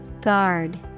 Guard